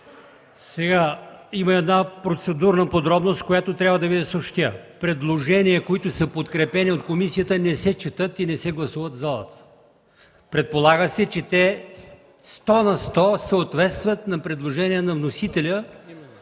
Има една процедурна подробност, която трябва да Ви я съобщя – предложения, които са подкрепени от комисията, не се четат и не се гласуват в залата. Предполага се, че те сто на сто съответстват на предложенията на вносителя